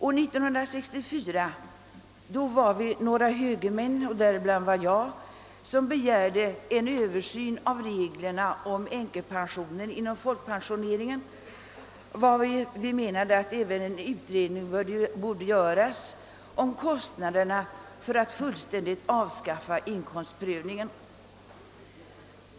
År 1964 begärde några högerledamöter, däribland jag, en översyn av reglerna om änkepensionen inom folkpensioneringen. Vi ansåg att även en utredning borde göras om kostnaderna för att fullständigt avskaffa inkomstprövningen.